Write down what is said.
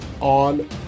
on